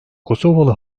kosovalı